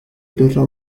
daughter